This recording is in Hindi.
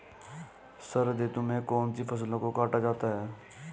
शरद ऋतु में कौन सी फसलों को काटा जाता है?